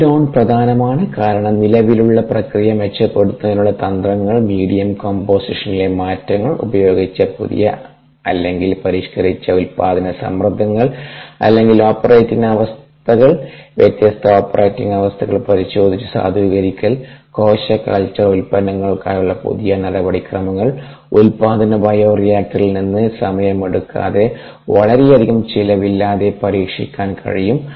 scale down പ്രധാനമാണ് കാരണം നിലവിലുള്ള പ്രക്രിയ മെച്ചപ്പെടുത്തുന്നതിനുള്ള തന്ത്രങ്ങൾ മീഡിയം കോമ്പോസിഷനിലെ മാറ്റങ്ങൾ ഉപയോഗിച്ച പുതിയ അല്ലെങ്കിൽ പരിഷ്കരിച്ച ഉൽപാദന സമ്മർദ്ദങ്ങൾ അല്ലെങ്കിൽ ഓപ്പറേറ്റിംഗ് അവസ്ഥകൾ വ്യത്യസ്ത ഓപ്പറേറ്റിംഗ് അവസ്ഥകൾ പരിശോധിച്ച് സാധൂകരിക്കൽ കോശ കൾച്ചർ ഉൽപ്പന്നങ്ങൾക്കായുള്ള പുതിയ നടപടി ക്രമങ്ങൾ ഉൽപാദന ബയോറിയാക്ടറിൽ നിന്ന് സമയമെടുക്കാതെ വളരെയധികം ചിലവില്ലാതെ പരീക്ഷിക്കാൻ കഴിയും